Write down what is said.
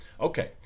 Okay